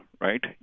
right